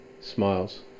smiles